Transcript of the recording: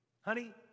honey